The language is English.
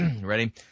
ready